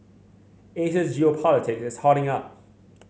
Asia's geopolitic is hotting up